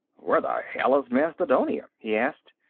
where the hell is mastodonia? he asked.